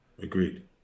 agreed